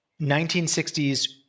1960s